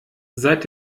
seit